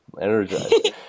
energized